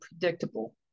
predictable